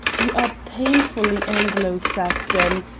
you are painfully anglo-saxon.